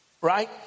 right